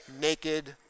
naked